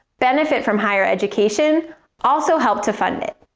benefit from higher education also help to fund it.